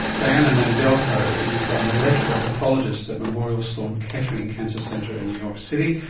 diana mandelker is a molecular pathologist at memorial sloan kettering cancer centre in new york city.